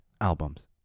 albums